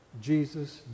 Jesus